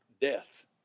death